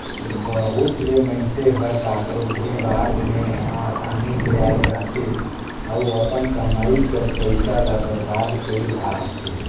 बहुत ले मइनसे हर काकरो भी बात में असानी ले आए जाथे अउ अपन कमई कर पइसा ल बरबाद कइर धारथे